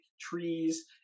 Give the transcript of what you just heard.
trees